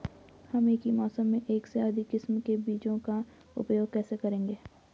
हम एक ही मौसम में एक से अधिक किस्म के बीजों का उपयोग कैसे करेंगे?